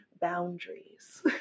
boundaries